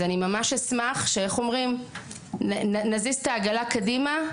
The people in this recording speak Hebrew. אז אני ממש אשמח, שנזיז את העגלה קדימה,